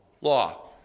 Law